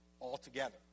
altogether